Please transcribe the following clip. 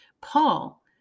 Paul